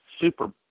super